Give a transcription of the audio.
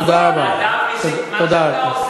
אין לך מה להגיד,